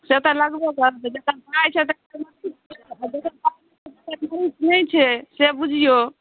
से तऽ लगबे करत जकर पाइ छै से मरीज छै जकर पाइ नहि छै से मरीज नहि छै से बुझियौ